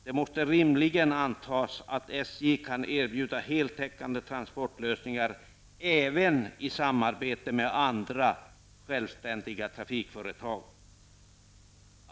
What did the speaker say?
Det måste rimligen antas att SJ kan erbjuda heltäckande transportlösningar även i samarbete med andra självständiga trafikföretag.